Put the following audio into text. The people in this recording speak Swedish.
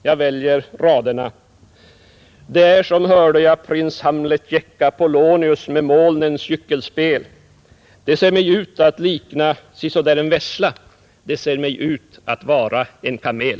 Jag väljer raderna: Det är, som hörde jag prins Hamlet gäcka ”Mig tycks det likna si så där en vessla — det ser mig ut att vara en kamel!